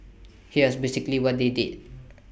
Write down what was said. here's basically what they did